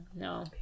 no